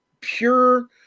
pure